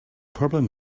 problem